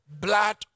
blood